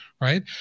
right